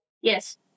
Yes